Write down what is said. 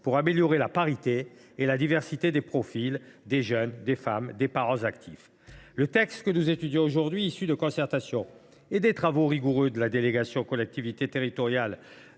pour améliorer la parité et la diversité des profils – jeunes, femmes, parents, actifs. » Le texte que nous étudions aujourd’hui, issu de concertations et des travaux rigoureux de la délégation aux collectivités territoriales